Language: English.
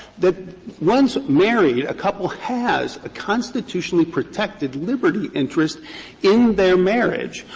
that once married, a couple has a constitutionally protected liberty interest in their marriage.